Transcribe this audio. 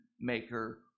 maker